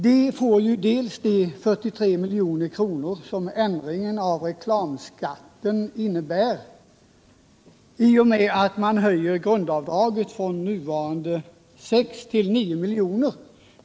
De får för det första 43 milj.kr. genom att reklamskatten minskar till följd av höjningen av grundavdraget från nuvarande 6 milj.kr. till 9 milj.kr.